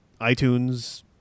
iTunes